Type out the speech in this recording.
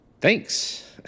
Thanks